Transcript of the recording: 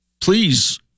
please